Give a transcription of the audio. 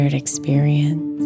experience